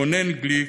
רונן גליק,